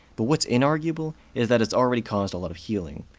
but what's inarguable is that it's already caused a lot of healing.